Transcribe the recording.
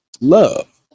Love